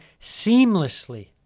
seamlessly